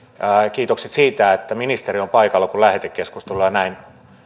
kiitokset siitä että ministeri on paikalla kun lähetekeskustelua näin